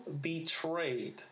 betrayed